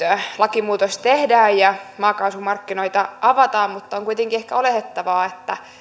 lakimuutos tehdään ja maakaasumarkkinoita avataan mutta on kuitenkin ehkä oletettavaa että